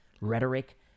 rhetoric